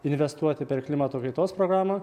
investuoti per klimato kaitos programą